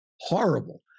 horrible